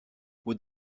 would